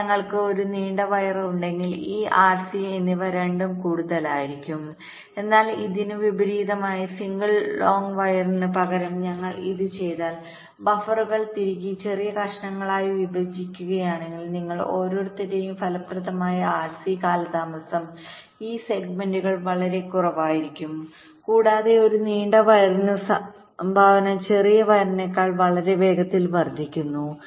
എന്നാൽ ഞങ്ങൾക്ക് ഒരു നീണ്ട വയർ ഉണ്ടെങ്കിൽ ഈ ആർ സി എന്നിവ രണ്ടും കൂടുതലായിരിക്കും എന്നാൽ ഇതിനു വിപരീതമായി സിംഗിൾ ലോംഗ് വയറിന് പകരം ഞങ്ങൾ ഇത് ചെയ്താൽ ബഫറുകൾ തിരുകി ചെറിയ കഷണങ്ങളായി വിഭജിക്കുകയാണെങ്കിൽ നിങ്ങൾ ഓരോരുത്തരുടെയും ഫലപ്രദമായ ആർസി കാലതാമസം ഈ സെഗ്മെന്റുകൾ വളരെ കുറവായിരിക്കും കൂടാതെ ഒരു നീണ്ട വയറിനുള്ള സംഭാവന ചെറിയ വയറിനേക്കാൾ വളരെ വേഗത്തിൽ വർദ്ധിക്കുന്നു